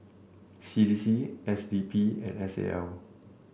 C D C S D P and S A L